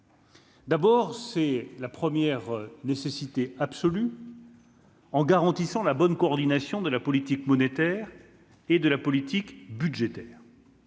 D'abord, c'est la première nécessité absolue en garantissant la bonne coordination de la politique monétaire et de la politique budgétaire.